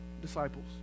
disciples